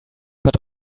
but